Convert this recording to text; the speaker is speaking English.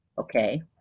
Okay